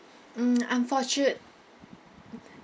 mm unfortu~